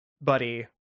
buddy